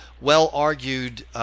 well-argued